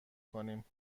کنیم